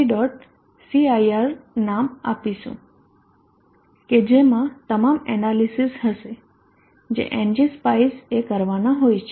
cir નામ આપીશું કે જેમાં તમામ એનાલિસિસ હશે જે એનજીસ્પાઇસ એ કરવાના હોય છે